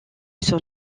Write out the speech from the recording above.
son